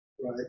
right